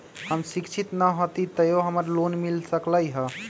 हम शिक्षित न हाति तयो हमरा लोन मिल सकलई ह?